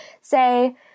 Say